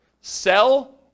sell